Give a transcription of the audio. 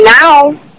now